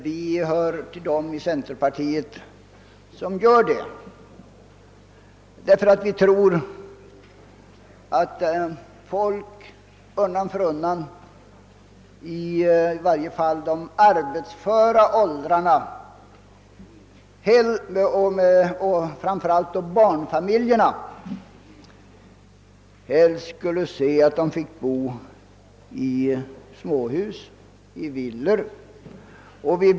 Vi i centerpartiet hör till dem som gör det, därför att vi tror att folk — i varje fall folk i de arbetsföra åldrarna och framför allt då barnfamiljerna — helst skulle se att de fick bo i småhus, i villor.